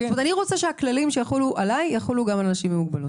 אני רוצה שהכללים שיחולו עליי יחולו גם על אנשים עם מוגבלות.